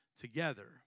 together